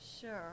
Sure